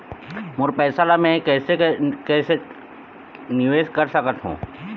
मोर पैसा ला मैं कैसे कैसे निवेश कर सकत हो?